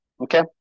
okay